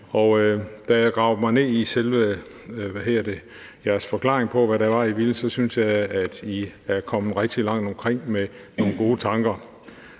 og da jeg gravede mig ned i selve jeres forklaring på, hvad det var, I ville, så synes jeg, at I er kommet rigtig langt omkring med nogle gode tanker.